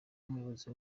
n’umuyobozi